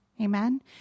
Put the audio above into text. Amen